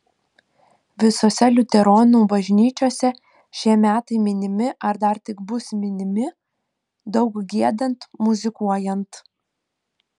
visose liuteronų bažnyčiose šie metai minimi ar dar tik bus minimi daug giedant muzikuojant